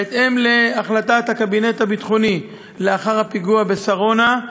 בהתאם להחלטת הקבינט הביטחוני לאחר הפיגוע בשרונה,